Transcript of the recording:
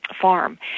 farm